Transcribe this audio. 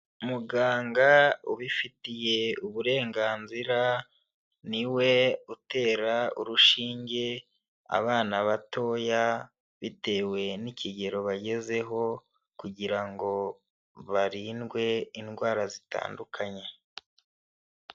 Muganga ubifitiye uburenganzira niwe utera urushinge abana batoya bitewe n'ikigero bagezeho kugira ngo barindwe indwara zitandukanye.